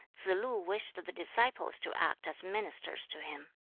tsze-lu wished the disciples to act as ministers to him.